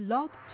Love